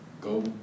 go